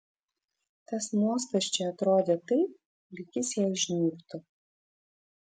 tas mostas čia atrodė taip lyg jis jai žnybtų